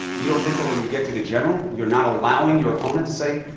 you don't think that when you get to the general, you're not allowing your opponent to say,